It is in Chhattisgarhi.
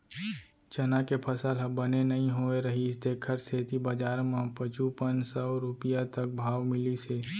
चना के फसल ह बने नइ होए रहिस तेखर सेती बजार म पचुपन सव रूपिया तक भाव मिलिस हे